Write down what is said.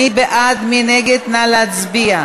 16 מתנגדים, שלושה נמנעים.